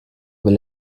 will